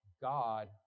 God